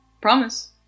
Promise